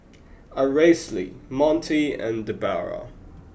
Aracely Montie and Debera